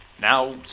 Now